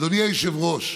אדוני היושב-ראש,